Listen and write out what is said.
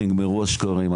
נגמרו השקרים,